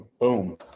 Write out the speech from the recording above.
boom